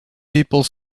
people